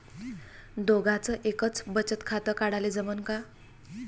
दोघाच एकच बचत खातं काढाले जमनं का?